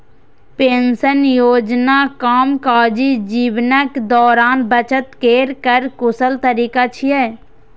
pension योजना कामकाजी जीवनक दौरान बचत केर कर कुशल तरीका छियै